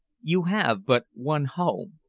you have but one home,